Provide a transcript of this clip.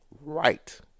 Right